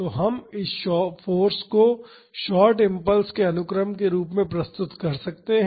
तो हम इस फाॅर्स को शार्ट इम्पल्स के अनुक्रम के रूप में प्रस्तुत कर सकते हैं